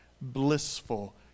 blissful